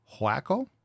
Huaco